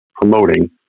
promoting